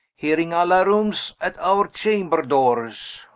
hearing alarums at our chamber doores